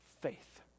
faith